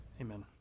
Amen